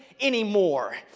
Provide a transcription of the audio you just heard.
anymore